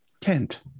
Kent